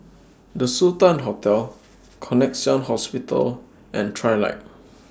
The Sultan Hotel Connexion Hospital and Trilight